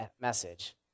message